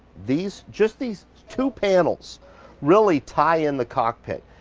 these just these two panels really tie in the cockpit.